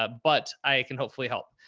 ah but i can hopefully help.